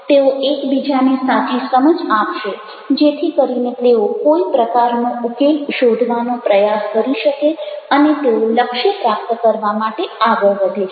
તેઓ એકબીજાને સાચી સમજ આપશે જેથી કરીને તેઓ કોઈ પ્રકારનો ઉકેલ શોધવાનો પ્રયાસ કરી શકે અને તેઓ લક્ષ્ય પ્રાપ્ત કરવા માટે આગળ વધે છે